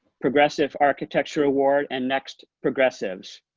progressive architecture award, and next progressives.